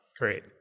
Great